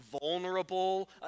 vulnerable